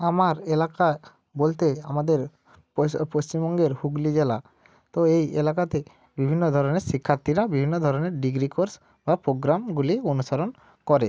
আমার এলাকা বলতে আমাদের পশ্চিমবঙ্গের হুগলি জেলা তো এই এলাকাতে বিভিন্ন ধরনের শিক্ষার্থীরা বিভিন্ন ধরনের ডিগ্রি কোর্স বা প্রোগ্রামগুলি অনুসরণ করে